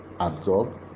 absorb